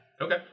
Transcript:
Okay